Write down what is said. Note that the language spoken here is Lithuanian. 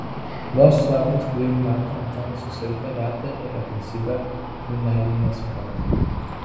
vos sulaukęs dvejų metų antanas susirgo reta ir agresyvia žvynelinės forma